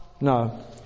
no